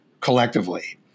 collectively